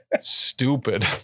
Stupid